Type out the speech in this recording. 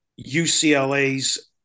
UCLA's